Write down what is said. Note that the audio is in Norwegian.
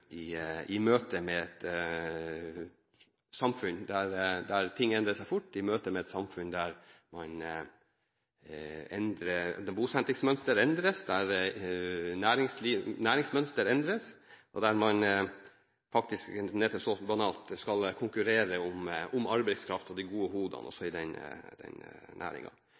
møte med et samfunn der ting endrer seg fort, i møte med et samfunn der bosetningsmønster endres, der næringsmønster endres, og der man faktisk – sagt litt banalt – skal konkurrere om arbeidskraft og de gode hodene også i